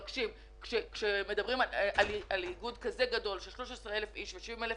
כאשר מדברים על איגוד גדול כזה של 13,000 איש ו-70,000